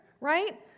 right